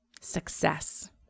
Success